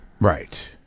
Right